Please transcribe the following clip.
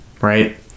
right